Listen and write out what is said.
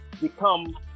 become